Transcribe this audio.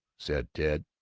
said ted.